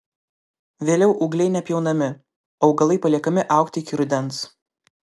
vėliau ūgliai nepjaunami augalai paliekami augti iki rudens